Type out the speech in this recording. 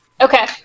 Okay